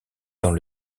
dans